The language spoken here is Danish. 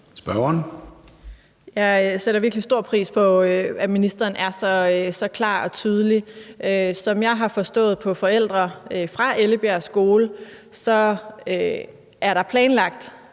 Jeg sætter virkelig stor pris på, at ministeren er så klar og tydelig. Som jeg har forstået på forældre fra Ellebjerg Skole, er der planlagt